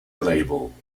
label